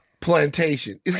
Plantation